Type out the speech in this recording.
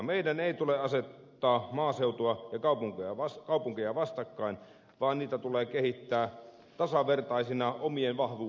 meidän ei tule asettaa maaseutua ja kaupunkeja vastakkain vaan niitä tulee kehittää tasavertaisina omien vahvuuksiensa pohjalta